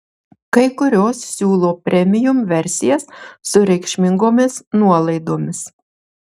kai kurios siūlo premium versijas su reikšmingomis nuolaidomis